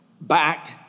back